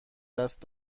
دست